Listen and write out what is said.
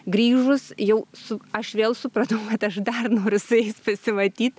grįžus jau su aš vėl supratau kad aš dar noriu su jais pasimatyt